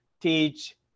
teach